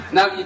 Now